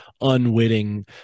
unwitting